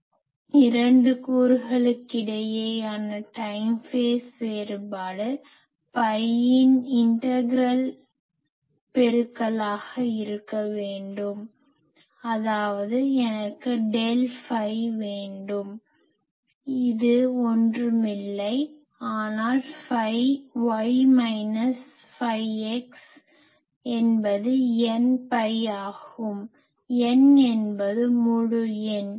2 கூறுகளுக்கிடையேயான time phase வேறுபாடு பையின் இன்டக்ரல் integral ஒருங்கிணைந்த பெருக்கலாக இருக்க வேண்டும் அதாவது எனக்கு டெல் ஃபை வேண்டும் இது ஒன்றுமில்லை ஆனால் phi y minus phi x என்பது n பை ஆகும் n என்பது முழு எண்